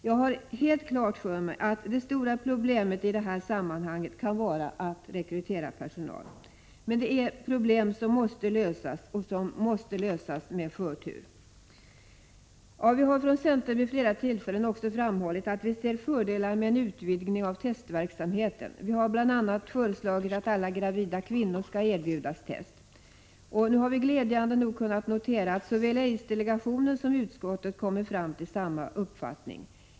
Jag har helt klart för mig att det stora problemet i detta sammanhang kan vara att rekrytera personal. Men det är ett problem som måste lösas, och det med förtur. Vi har från centern vid flera tillfällen också framhållit att vi ser fördelar med en utvidgning av testverksamheten. Vi har bl.a. föreslagit att alla gravida kvinnor skall erbjudas test. Nu har vi glädjande nog kunnat notera att såväl aidsdelegationen som utskottet kommit fram till samma uppfattning.